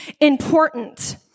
important